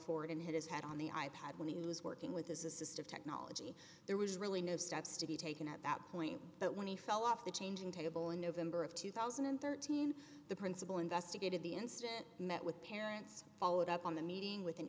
forward and hit his head on the i pad when he was working with his assistant technology there was really no steps to be taken at that point but when he fell off the changing table in november of two thousand and thirteen the principal investigated the incident met with parents followed up on the meeting with an